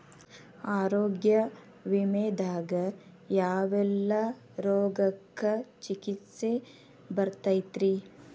ಆರೋಗ್ಯ ವಿಮೆದಾಗ ಯಾವೆಲ್ಲ ರೋಗಕ್ಕ ಚಿಕಿತ್ಸಿ ಬರ್ತೈತ್ರಿ?